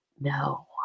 No